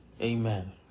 Amen